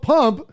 Pump